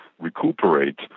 recuperate